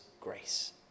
grace